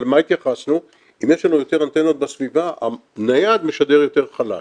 אבל למה התייחסנו אם יש לנו יותר אנטנות בסביבה הנייד משדר יותר חלש,